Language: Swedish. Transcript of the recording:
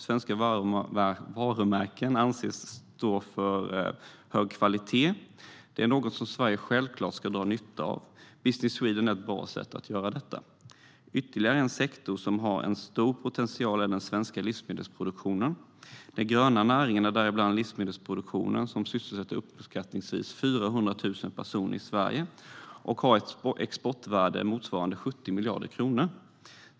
Svenska varumärken anses stå för hög kvalitet. Detta är något som Sverige självklart ska dra nytta av. Business Sweden är ett bra sätt att göra det. Ytterligare en sektor som har en stor potential är den svenska livsmedelsproduktionen. De gröna näringarna, däribland livsmedelsproduktionen som sysselsätter uppskattningsvis 400 000 personer i Sverige, har ett exportvärde motsvarande 70 miljarder kronor.